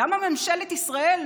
מממשלת ישראל,